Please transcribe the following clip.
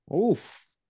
Oof